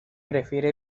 prefiere